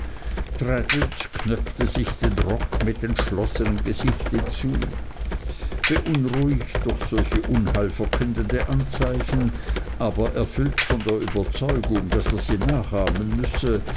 knöpfte sich den rock mit entschlossenem gesichte zu beunruhigt durch solche unheilverkündende anzeichen aber erfüllt von der überzeugung daß er sie nachahmen müsse